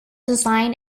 design